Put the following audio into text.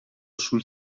sul